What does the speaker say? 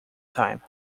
time